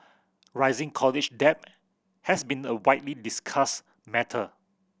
rising college debt has been a widely discussed matter